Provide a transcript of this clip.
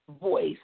voice